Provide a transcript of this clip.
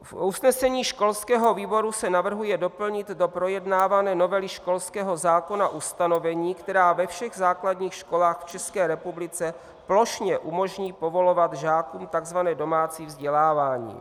V usnesení školského výboru se navrhuje doplnit do projednávané novely školského zákona ustanovení, která ve všech základních školách v České republice plošně umožní povolovat žákům tzv. domácí vzdělávání.